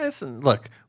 Look